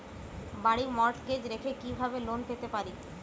বাড়ি মর্টগেজ রেখে কিভাবে লোন পেতে পারি?